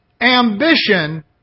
ambition